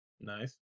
Nice